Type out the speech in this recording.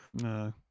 No